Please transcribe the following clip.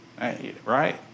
Right